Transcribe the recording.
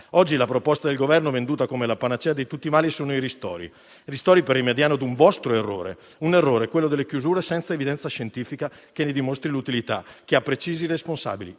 Oggi la proposta del Governo, venduta come la panacea di tutti i mali, sono i ristori. Ristori per rimediare a un vostro errore, quello delle chiusure senza evidenza scientifica che ne dimostri l'utilità. Tale errore ha precisi responsabili: